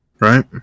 right